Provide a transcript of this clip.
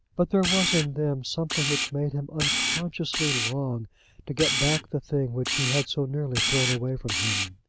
but there was in them something which made him unconsciously long to get back the thing which he had so nearly thrown away from him.